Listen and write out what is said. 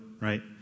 right